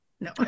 No